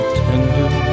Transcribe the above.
tender